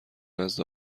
نزد